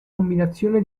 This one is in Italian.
combinazione